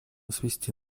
свести